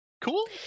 cool